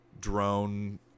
drone